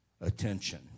attention